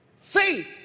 faith